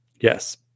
yes